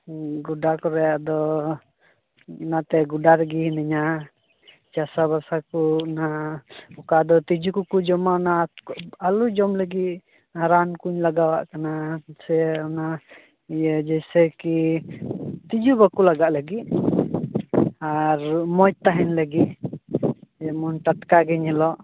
ᱜᱚᱰᱟ ᱠᱚᱨᱮ ᱟᱫᱚ ᱚᱱᱟᱛᱮ ᱜᱚᱰᱟᱨᱮᱜᱮ ᱦᱤᱱᱟᱹᱧᱟ ᱪᱟᱥᱟ ᱵᱟᱥᱟᱠᱚ ᱚᱱᱟ ᱚᱠᱟᱫᱚ ᱛᱤᱡᱩᱠᱚᱠᱚ ᱡᱚᱢᱟ ᱚᱱᱟ ᱟᱞᱚ ᱡᱚᱢ ᱞᱟᱹᱜᱤᱫ ᱨᱟᱱᱠᱚᱧ ᱞᱟᱜᱟᱣᱟᱫ ᱠᱟᱱᱟ ᱥᱮ ᱚᱱᱟ ᱤᱭᱟᱹ ᱡᱮᱭᱥᱮ ᱠᱤ ᱛᱤᱡᱩ ᱵᱟᱠᱚ ᱞᱟᱜᱟᱜ ᱞᱟᱹᱜᱤᱫ ᱟᱨ ᱢᱚᱡᱽ ᱛᱟᱦᱮᱱ ᱞᱟᱹᱜᱤᱫ ᱡᱮᱢᱚᱱ ᱴᱟᱴᱠᱟᱜᱮ ᱧᱮᱞᱚᱜ